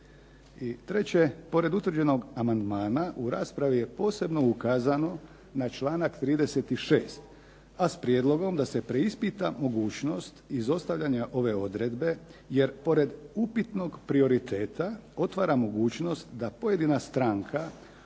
treće, pored utvrđenog amandmana u raspravi je posebno ukazano na članak 36., a s prijedlogom da se preispita mogućnost izostavljanja ove odredbe, jer pored upitnog prioriteta otvara mogućnost da pojedina stranka u